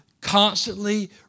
constantly